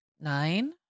nine